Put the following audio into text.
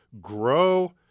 grow